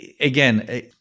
again